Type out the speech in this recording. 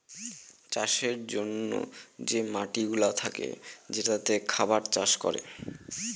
চাষের জন্যে যে মাটিগুলা থাকে যেটাতে খাবার চাষ করে